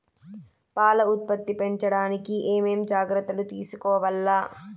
పాల ఉత్పత్తి పెంచడానికి ఏమేం జాగ్రత్తలు తీసుకోవల్ల?